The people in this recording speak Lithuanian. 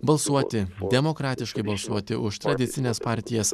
balsuoti demokratiškai balsuoti už tradicines partijas